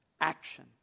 action